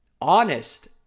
honest